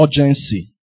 urgency